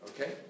Okay